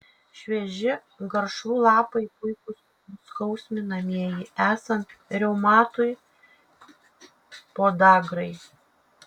švieži garšvų lapai puikūs nuskausminamieji esant reumatui podagrai